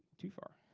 too far.